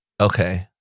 Okay